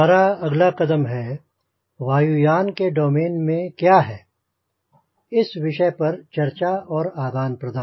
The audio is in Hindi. हमारा अगला कदम है कि वायुयान के डोमेन में क्या है इस विषय पर चर्चा और आदान प्रदान